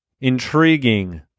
intriguing